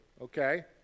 okay